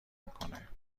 میکنه